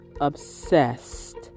obsessed